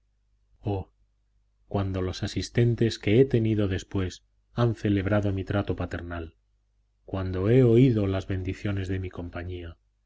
cuando los asistentes que he tenido después han celebrado mi trato paternal cuando he oído las bendiciones de mi compañía